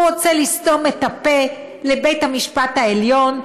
הוא רוצה לסתום את הפה לבית-המשפט העליון.